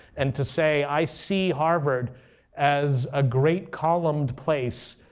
and to say i see harvard as a great columned place,